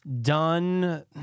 done